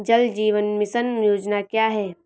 जल जीवन मिशन योजना क्या है?